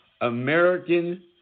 American